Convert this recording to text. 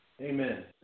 Amen